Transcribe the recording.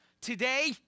today